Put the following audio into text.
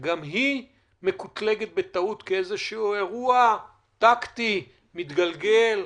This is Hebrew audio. שגם היא מקוטלגת בטעות כאיזשהו אירוע טקטי מתגלגל,